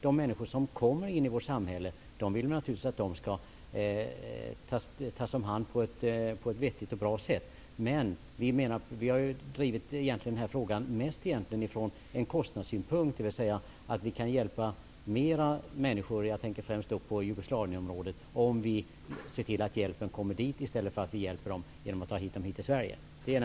De människor som kommer till vårt samhälle skall naturligtvis tas om hand på ett vettigt och bra sätt. Vi har egentligen drivit denna fråga från kostnadssynpunkt. Vi kan hjälpa flera människor -- jag tänker då främst på Jugoslavien -- om vi kan se till att hjälpen kommer dit i stället för att ta människor hit till Sverige.